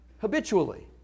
habitually